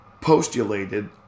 postulated